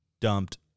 dumped